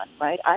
right